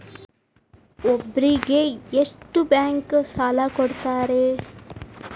ಒಬ್ಬರಿಗೆ ಎಷ್ಟು ಬ್ಯಾಂಕ್ ಸಾಲ ಕೊಡ್ತಾರೆ?